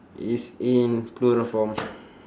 it's in plural form